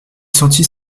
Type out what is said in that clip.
sentit